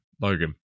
Logan